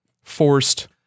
forced